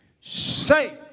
Say